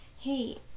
Hey